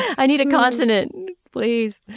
i need a consonant please.